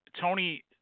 Tony